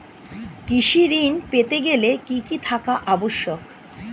কৃষি ঋণ পেতে গেলে কি কি থাকা আবশ্যক?